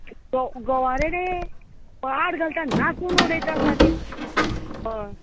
गो गोवारेडे पाड घालतात ना करून उडयतात सारके हय